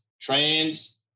trains